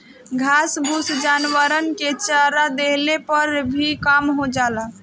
घास फूस जानवरन के चरा देहले पर भी कम हो जाला